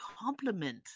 compliment